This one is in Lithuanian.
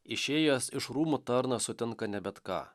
išėjęs iš rūmų tarnas sutinka ne bet ką